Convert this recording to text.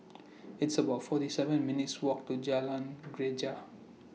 It's about forty seven minutes' Walk to Jalan Greja